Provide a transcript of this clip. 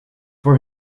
for